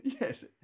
Yes